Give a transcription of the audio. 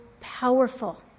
powerful